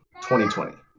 2020